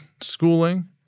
schooling